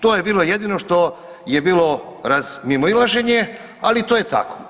To je bilo jedino što je bilo razmimoilaženje ali to je tako.